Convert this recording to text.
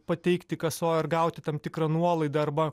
pateikti kasoje ir gauti tam tikrą nuolaidą arba